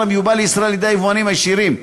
המיובא לישראל על-ידי היבואנים הישירים,